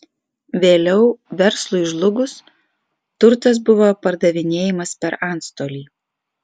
vėliau verslui žlugus turtas buvo pardavinėjamas per antstolį